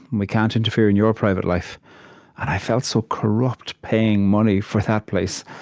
we can't interfere in your private life. and i felt so corrupt, paying money for that place,